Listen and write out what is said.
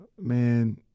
Man